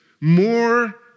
more